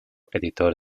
editor